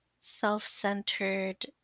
self-centered